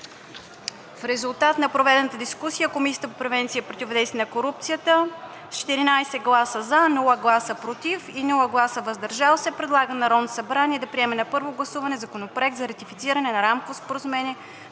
В резултат на проведената дискусия Комисията по превенция и противодействие на корупцията с 14 гласа „за“, без „против“ и без „въздържал се“ предлага на Народното събрание да приеме на първо гласуване Законопроект за ратифициране на Рамковото споразумение